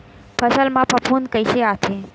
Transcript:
फसल मा फफूंद कइसे आथे?